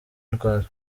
ndwara